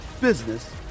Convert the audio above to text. business